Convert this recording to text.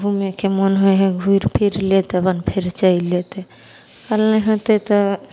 घुमैके मोन होइ हइ घुरि फिरि लेत अपन फेर चलि जएतै नहि होतै तऽ